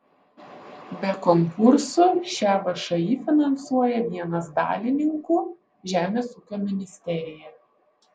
be konkursų šią všį finansuoja vienas dalininkų žemės ūkio ministerija